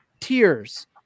Tears